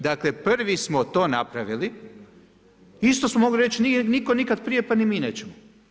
Dakle, prvi smo to napravili, isto smo mogli reći nije nitko nikad prije pa ni mi nećemo.